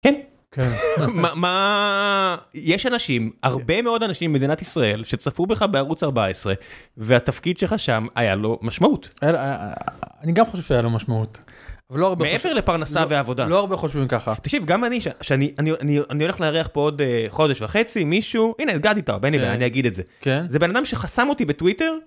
כן, מה.. מה יש אנשים הרבה מאוד אנשים מדינת ישראל שצפו בך בערוץ 14 והתפקיד שלך שם היה לו משמעות. אני גם חושב שהיה לו משמעות ולא הרבה, מעבר לפרנסה ועבודה לא הרבה חושבים ככה תקשיב גם אני שאני אני אני הולך לארח פה עוד חודש וחצי מישהו, הנה את גדי טאוב, אין לי בעייה אני אגיד את זה זה בנאדם שחסם אותי בטוויטר.